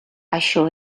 això